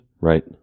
Right